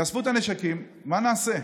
יאספו את הנשקים, מה נעשה?